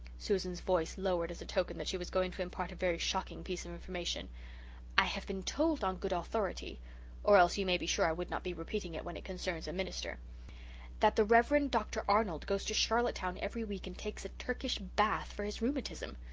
susan's voice lowered as a token that she was going to impart a very shocking piece of information i have been told on good authority or else you may be sure i would not be repeating it when it concerns a minster that the rev. mr. and arnold goes to charlottetown every week and takes a turkish bath for his rheumatism.